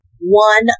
One